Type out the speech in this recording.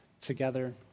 together